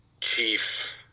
chief